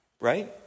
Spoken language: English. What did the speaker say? Right